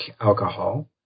alcohol